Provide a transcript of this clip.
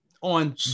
on